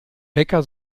becker